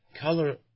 color-